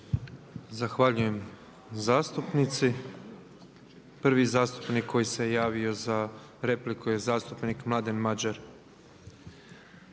Zahvaljujem zastupnici. Prvi zastupnik koji se javio za repliku je zastupnik Mladen Mađer.